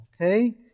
Okay